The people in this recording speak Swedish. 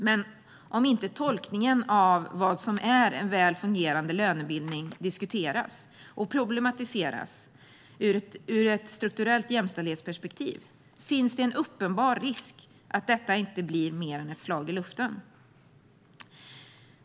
Men om inte tolkningen av vad som är en väl fungerande lönebildning diskuteras och problematiseras ur ett strukturellt jämställdhetsperspektiv finns det en uppenbar risk att detta inte blir mer än ett slag i luften.